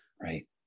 Right